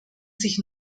sich